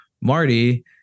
Marty